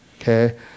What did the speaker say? okay